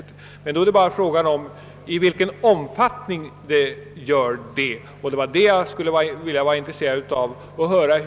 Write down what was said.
Det är då bara frågan om omfattningen av denna påverkan, och jag skulle vara intresserad av att